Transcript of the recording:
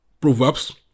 Proverbs